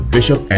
Bishop